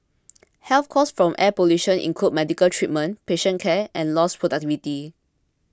health costs from air pollution include medical treatment patient care and lost productivity